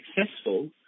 successful